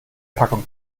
packung